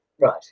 Right